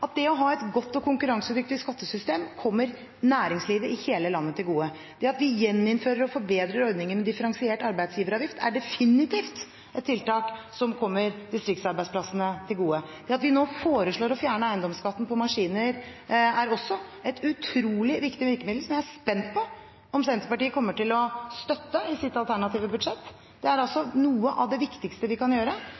at det å ha et godt og konkurransedyktig skattesystem kommer næringslivet i hele landet til gode. Det at vi gjeninnfører og forbedrer ordningen med differensiert arbeidsgiveravgift, er definitivt et tiltak som kommer distriktsarbeidsplassene til gode. Det at vi nå foreslår å fjerne eiendomsskatten på maskiner, er også et utrolig viktig virkemiddel, som jeg er spent på om Senterpartiet kommer til å støtte i sitt alternative budsjett. Det er